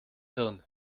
hirn